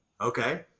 Okay